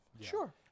sure